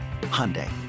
Hyundai